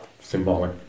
symbolic